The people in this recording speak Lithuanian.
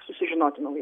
susižinoti naujai